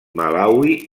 malawi